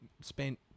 spent